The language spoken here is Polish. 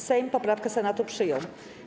Sejm poprawkę Senatu przyjął.